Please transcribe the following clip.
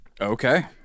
Okay